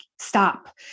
stop